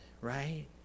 right